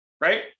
right